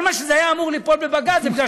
כל מה שהיה אמור ליפול בבג"ץ זה בגלל